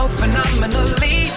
phenomenally